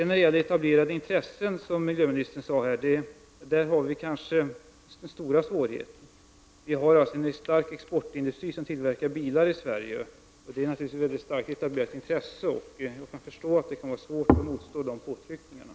När det gäller de etablerade intressen som miljöministern talade om så utgör dessa kanske den stora svårigheten. Sverige har en stark exportindustri som tillverkar bilar, vilket naturligtvis är ett mycket väl etablerat intresse, och jag kan förstå att det kan vara svårt att motstå denna industris påtryckningar.